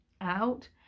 out